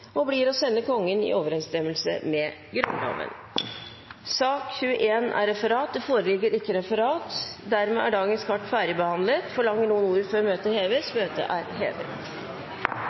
og blir å sende Kongen i overensstemmelse med Grunnloven. Det foreligger ikke referat. Dermed er dagens kart ferdigbehandlet. Forlanger noen ordet før møtet heves? – Møtet er hevet.